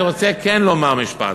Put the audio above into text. אני רוצה כן לומר משפט,